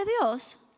Dios